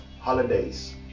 holidays